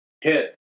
hit